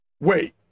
Wait